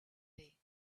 way